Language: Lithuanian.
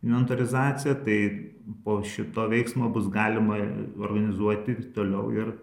inventorizaciją tai po šito veiksmo bus galima organizuoti toliau ir